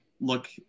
look